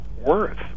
worth